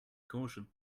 caution